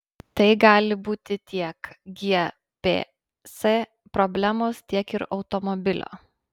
tai gali būti tiek gps problemos tiek ir automobilio